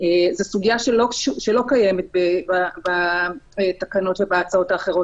מעוד שני בתי מעצר,